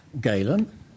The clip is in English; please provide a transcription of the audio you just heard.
Galen